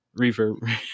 reverb